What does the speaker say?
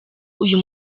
uyu